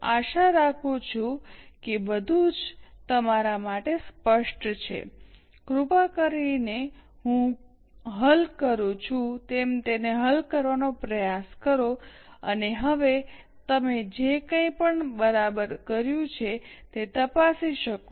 હું આશા રાખું છું કે બધું જ તમારા માટે સ્પષ્ટ છે કૃપા કરીને હું હલ કરું છું તેમ તેને હલ કરવાનો પ્રયાસ કરો અને હવે તમે જે કાંઈ પણ બરાબર કર્યું તે તપાસી શકો